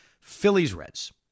Phillies-Reds